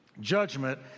judgment